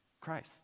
Christ